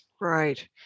Right